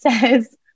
says